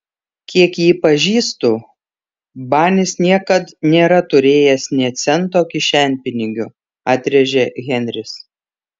kiek jį pažįstu banis niekad nėra turėjęs nė cento kišenpinigių atrėžė henris